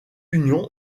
union